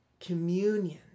Communion